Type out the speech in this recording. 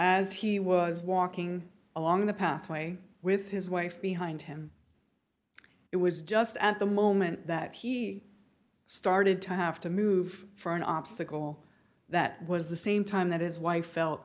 as he was walking along the pathway with his wife behind him it was just at the moment that he started to have to move for an obstacle that was the same time that is w